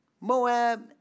Moab